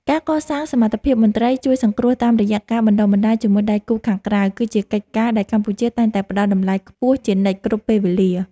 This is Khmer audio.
ការកសាងសមត្ថភាពមន្ត្រីជួយសង្គ្រោះតាមរយៈការបណ្តុះបណ្តាលជាមួយដៃគូខាងក្រៅ គឺជាកិច្ចការដែលកម្ពុជាតែងតែផ្តល់តម្លៃខ្ពស់ជានិច្ចគ្រប់ពេលវេលា។